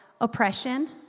oppression